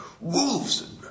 wolves